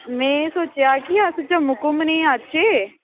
मैं एह सोचेआ कि अस जम्मू घूमने आचै